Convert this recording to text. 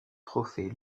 trophée